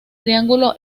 triángulo